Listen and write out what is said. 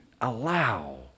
allow